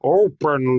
open